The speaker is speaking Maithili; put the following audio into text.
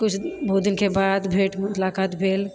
किछु बहुत दिनके बाद भेट मुलाकात भेल